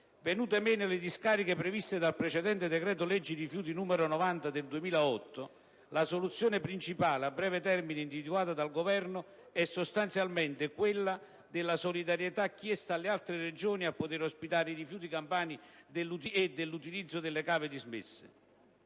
Venute meno le discariche previste dal precedente decreto‑legge 23 maggio 2008 n. 90, la soluzione principale a breve termine individuata dal Governo è sostanzialmente quella di chiedere solidarietà alle altre Regioni affinché ospitino i rifiuti campani e l'utilizzo delle cave dismesse.